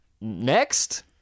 Next